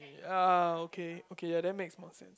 ah okay okay ya that makes more sense